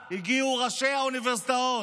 המדע, הגיעו ראשי האוניברסיטאות,